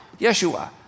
Yeshua